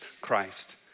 Christ